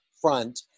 front